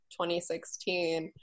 2016